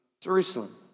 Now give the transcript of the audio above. Jerusalem